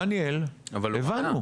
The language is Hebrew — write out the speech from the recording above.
דניאל, הבנו.